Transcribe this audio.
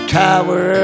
tower